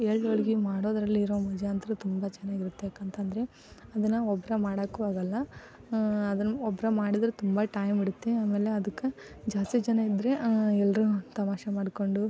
ಎಳ್ಳು ಹೋಳಿಗೆ ಮಾಡೋದರಲ್ಲಿ ಇರೋ ಮಜಾ ಅಂತೂ ತುಂಬ ಚೆನ್ನಾಗಿರತ್ತೆ ಯಾಕಂತ ಅಂದ್ರೆ ಅದನ್ನ ಒಬ್ರು ಮಾಡೋಕ್ಕೂ ಆಗೋಲ್ಲ ಅದನ್ನ ಒಬ್ರು ಮಾಡಿದರೆ ತುಂಬ ಟೈಮ್ ಹಿಡಿತ್ತೆ ಆಮೇಲೆ ಅದ್ಕೆ ಜಾಸ್ತಿ ಜನ ಇದ್ದರೆ ಎಲ್ಲರೂ ತಮಾಷೆ ಮಾಡ್ಕೊಂಡು